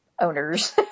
owners